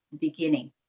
beginning